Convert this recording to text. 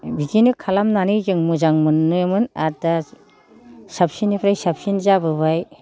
बिदिनो खालामनानै जों मोजां मोनोमोन आरो दा साबसिननिफ्राय साबसिन जाबोबाय